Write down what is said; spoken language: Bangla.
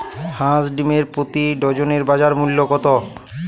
হাঁস ডিমের প্রতি ডজনে বাজার মূল্য কত?